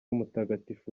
mutagatifu